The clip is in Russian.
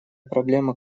проблема